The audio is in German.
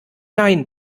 nein